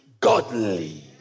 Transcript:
godly